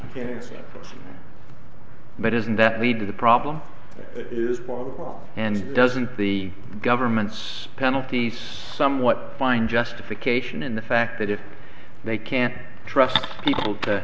but isn't that lead to the problem is horrible and doesn't the government's penalties somewhat find justification in the fact that if they can't trust people to